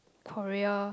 Korea